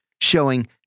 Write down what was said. showing